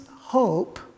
hope